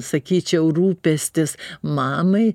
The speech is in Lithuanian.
sakyčiau rūpestis mamai